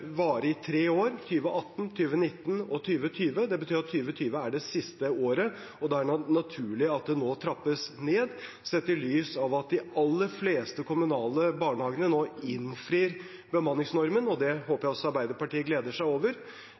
siste året, og da er det naturlig at det nå trappes ned sett i lys av at de aller fleste kommunale barnehagene innfrir bemanningsnormen – det håper jeg Arbeiderpartiet også gleder seg over.